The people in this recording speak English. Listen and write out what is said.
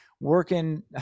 working